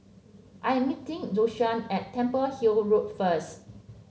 I am meeting Joshuah at Temple Hill Road first